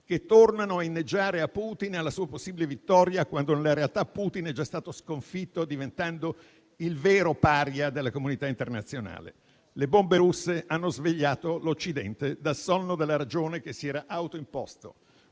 che tornano a inneggiare a Putin e alla sua possibile vittoria, quando nella realtà Putin è già stato sconfitto, diventando il vero *paria* della comunità internazionale. Le bombe russe hanno svegliato l'Occidente dal sonno della ragione che si era autoimposto.